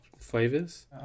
flavors